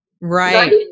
Right